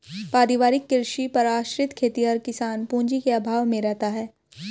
पारिवारिक कृषि पर आश्रित खेतिहर किसान पूँजी के अभाव में रहता है